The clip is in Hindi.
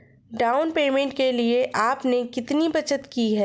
डाउन पेमेंट के लिए आपने कितनी बचत की है?